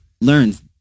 learns